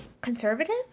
conservative